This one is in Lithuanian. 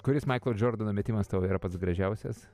kuris maiklo džordano metimas tau yra pats gražiausias